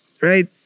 right